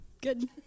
Good